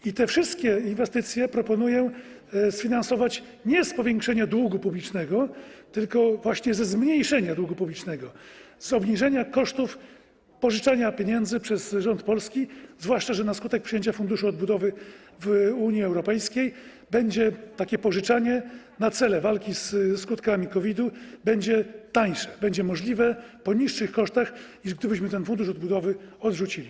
I te wszystkie inwestycje proponuję sfinansować nie z powiększenia długu publicznego, tylko właśnie ze zmniejszenia długu publicznego, z obniżenia kosztów pożyczenia pieniędzy przez rząd polski, zwłaszcza że na skutek przyjęcia Funduszu Odbudowy w Unii Europejskiej takie pożyczanie na cele walki ze skutkami COVID będzie tańsze, koszt tego będzie niższy, niż gdybyśmy ten Fundusz Odbudowy odrzucili.